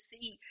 see